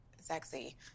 sexy